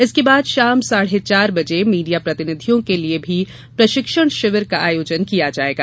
इसके बाद शाम साढ़े चार बजे मीडिया प्रतिनिधियों के लिए भी प्रशिक्षण शिविर का आयोजन किया जायेगा